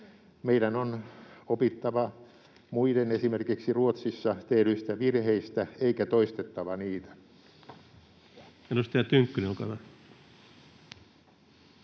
Meidän on opittava muiden, esimerkiksi Ruotsissa tehdyistä, virheistä eikä toistettava niitä. [Speech 101] Speaker: